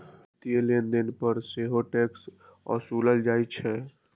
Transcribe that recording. वित्तीय लेनदेन पर सेहो टैक्स ओसूलल जाइ छै